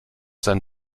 sein